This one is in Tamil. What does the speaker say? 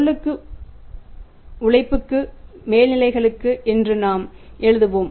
பொருளுக்கு உழைப்புக்கு மேல்நிலைகளுக்கு என்று நாம் எழுதுவோம்